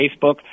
Facebook